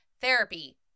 therapy